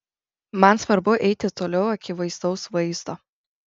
man svarbu eiti toliau akivaizdaus vaizdo